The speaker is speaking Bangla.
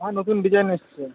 হ্যাঁ নতুন ডিজাইন এসছে